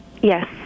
yes